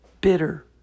bitter